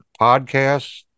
podcasts